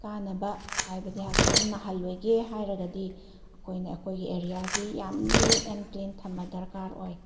ꯀꯥꯟꯅꯕ ꯍꯥꯏꯕꯗꯤ ꯍꯛꯆꯥꯡ ꯅꯥꯍꯜꯂꯣꯏꯒꯦ ꯍꯥꯏꯔꯒꯗꯤ ꯑꯩꯈꯣꯏꯅ ꯑꯩꯈꯣꯏꯒꯤ ꯑꯦꯔꯤꯌꯥꯁꯤ ꯌꯥꯝ ꯅꯤꯠ ꯑꯦꯟ ꯀ꯭ꯂꯤꯟ ꯊꯝꯕ ꯗꯔꯀꯥꯔ ꯑꯣꯏ